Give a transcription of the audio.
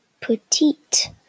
petite